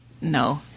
No